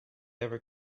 ever